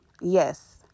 Yes